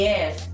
Yes